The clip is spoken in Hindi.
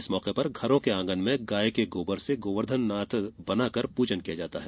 इस मौके पर घरों के आंगन में गाय के गोवर से गोवर्धन नाथ बनाकर पूजन किया जाता है